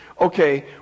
Okay